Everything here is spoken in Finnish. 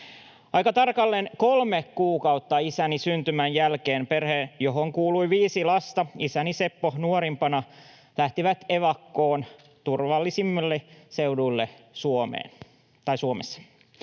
Aika tarkalleen kolme kuukautta isäni syntymän jälkeen perhe, johon kuului viisi lasta, isäni Seppo nuorimpana, lähti evakkoon turvallisemmille seuduille Suomessa.